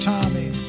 Tommy